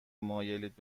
مایلید